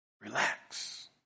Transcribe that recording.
Relax